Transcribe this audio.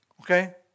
okay